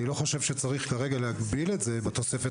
אני לא חושב שצריך כרגע להגביל את זה בתוספת